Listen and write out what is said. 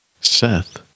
Seth